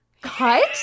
Cut